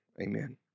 amen